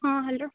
ହଁ ହ୍ୟାଲୋ